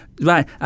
Right